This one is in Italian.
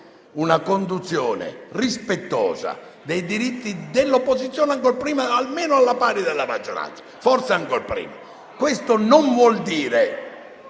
una conduzione rispettosa dei diritti dell'opposizione, ancor prima e almeno alla pari della maggioranza, forse ancor prima. Questo non vuol dire